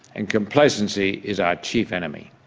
and complacency is our chief enemy.